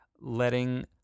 letting